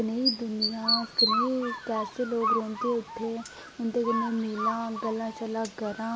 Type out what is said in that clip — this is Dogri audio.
कनेही दुनिया कनेह् कैसे लोग रौंह्दे उत्थै उं'दे कन्नै मिलां गल्लां शल्लां करां